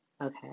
Okay